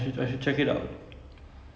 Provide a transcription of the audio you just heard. so like the teach that